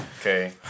Okay